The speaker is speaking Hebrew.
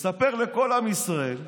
לספר לכל עם ישראל,